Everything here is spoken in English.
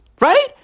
Right